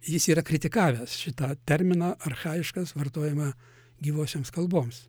jis yra kritikavęs šitą terminą archajiškas vartojamą gyvosioms kalboms